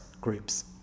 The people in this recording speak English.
groups